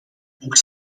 ook